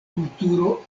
kulturo